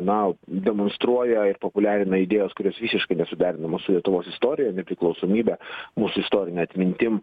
na demonstruoja ir populiarina idėjos kurios visiškai nesuderinamos su lietuvos istorija nepriklausomybe mūsų istorine atmintim